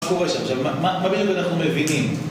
מה קורה שם? מה בעצם אנחנו מבינים?